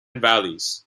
valleys